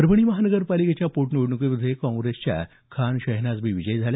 परभणी महानगर पालिकेच्या पोटनिवडणुकीत काँप्रेसच्या खान शहनाजबी या विजयी झाल्या